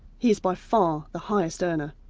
he is, by far, the highest earner.